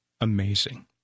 Amazing